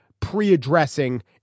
pre-addressing